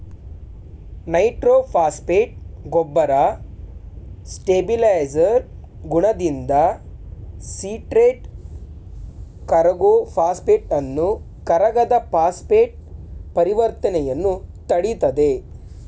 nitrophosphate ಗೊಬ್ಬರ stabiliser ಗುಣದಿಂದ citrate ಕರಗೋ ಫಾಸ್ಫೇಟನ್ನು ಕರಗದ ಫಾಸ್ಫೇಟ್ ಪರಿವರ್ತನೆಯನ್ನು ತಡಿತದೆ